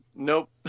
Nope